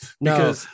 No